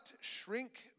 shrink